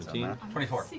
twenty four.